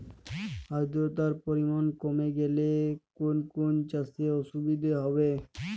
আদ্রতার পরিমাণ কমে গেলে কোন কোন চাষে অসুবিধে হবে?